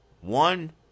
One